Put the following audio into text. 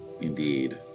Indeed